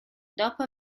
dopo